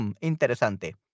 interesante